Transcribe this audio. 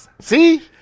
See